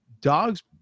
dogs